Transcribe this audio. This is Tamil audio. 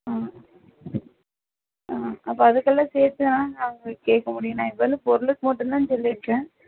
ஆ ஆ அப்போ அதுக்கெல்லாம் சேர்த்து தானேங்க உங்களுக்கு கேட்க முடியும் நான் இருந்தாலும் பொருளுக்கு மட்டும்தான் சொல்லியிருக்கேன்